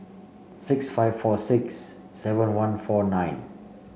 six five four six seven one four nine